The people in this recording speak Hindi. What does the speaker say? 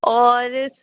और